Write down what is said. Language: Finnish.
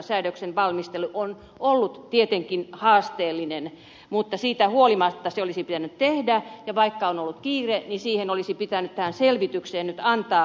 säädöksen valmistelu on ollut tietenkin haasteellista mutta siitä huolimatta se olisi pitänyt tehdä ja vaikka on ollut kiire tähän selvitykseen olisi pitänyt antaa aikaa